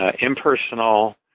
impersonal